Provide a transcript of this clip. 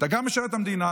אתה גם משרת את המדינה,